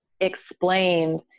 explained